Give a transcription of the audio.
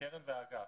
הקרן והאגף.